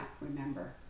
remember